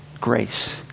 grace